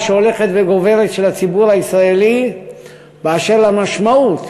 שהולכת וגוברת של הציבור הישראלי באשר למשמעות